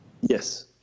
Yes